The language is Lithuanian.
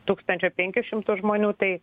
tūkstančio penkių šimtų žmonių tai